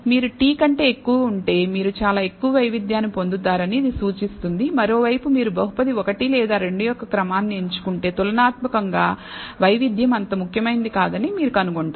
మీరు t కంటే ఎక్కువ ఉంటే మీరు చాలా ఎక్కువ వైవిధ్యాన్ని పొందుతారని ఇది సూచిస్తుంది మరోవైపు మీరు బహుపది 1 లేదా 2 యొక్క క్రమాన్ని ఎంచుకుంటే తులనాత్మకంగా వైవిధ్యం అంత ముఖ్యమైనది కాదని మీరు కనుగొంటారు